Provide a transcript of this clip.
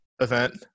event